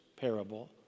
parable